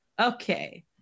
Okay